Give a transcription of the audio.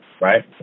right